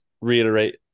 reiterate